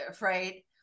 right